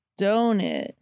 donut